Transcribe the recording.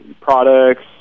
products